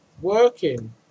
working